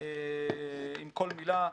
עם כל מילה.